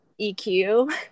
EQ